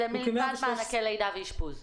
זה לבד ממענקי לידה ואשפוז.